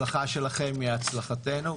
הצלחתכם-הצלחתנו.